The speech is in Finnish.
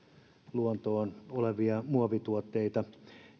luontoon meneviä muovituotteita